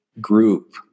group